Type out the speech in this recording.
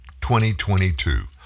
2022